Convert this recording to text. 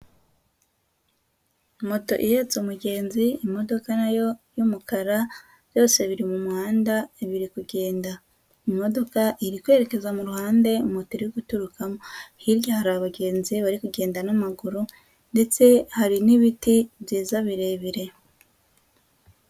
Moto ihetse umugenzi imodoka na yo y'umukara, byose biri mu muhanda biri kugenda. Imodoka iri kwerekeza mu ruhande moto iri guturukamo. Hirya hari abagenzi bari kugenda n'amaguru ndetse hari n'ibiti byiza birebire.